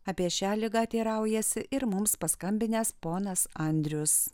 apie šią ligą teiraujasi ir mums paskambinęs ponas andrius